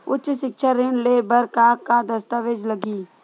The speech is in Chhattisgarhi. उच्च सिक्छा ऋण ले बर का का दस्तावेज लगही?